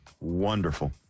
Wonderful